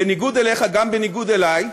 בניגוד אליך וגם בניגוד אלי,